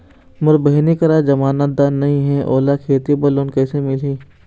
मोर बहिनी करा जमानतदार नई हे, ओला खेती बर लोन कइसे मिलही?